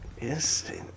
Yes